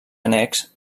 annex